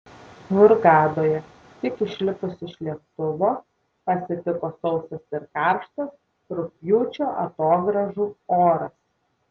hurgadoje tik išlipus iš lėktuvo pasitiko sausas ir karštas rugpjūčio atogrąžų oras